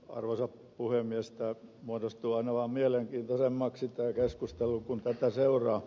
tämä muodostuu aina vaan mielenkiintoisemmaksi tämä keskustelu kun tätä seuraa